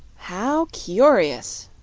how curious,